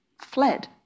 fled